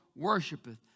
worshipeth